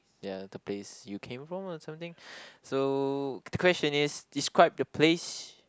ya the place you came from or something so the question is describe the place